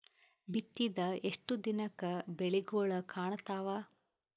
ಬಿತ್ತಿದ ಎಷ್ಟು ದಿನಕ ಬೆಳಿಗೋಳ ಕಾಣತಾವ?